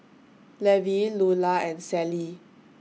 Levi Lulla and Celie